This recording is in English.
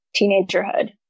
teenagerhood